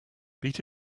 beat